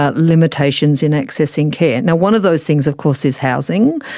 ah limitations in accessing care. and one of those things of course is housing.